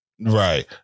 Right